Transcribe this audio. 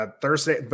Thursday